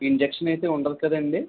injection అయితే ఉండదు కదండి